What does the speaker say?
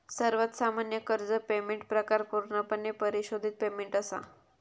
सर्वात सामान्य कर्ज पेमेंट प्रकार पूर्णपणे परिशोधित पेमेंट असा